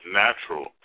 natural